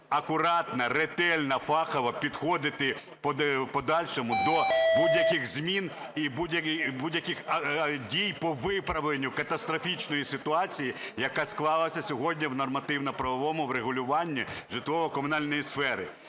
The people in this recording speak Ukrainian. акуратно, ретельно, фахово підходити у подальшому до будь-яких змін і до будь-яких дій по виправленню катастрофічної ситуації, яка склалася сьогодні у нормативно-правовому врегулюванні житлово-комунальної сфери.